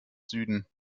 süden